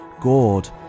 gourd